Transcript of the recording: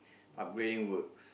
upgrading works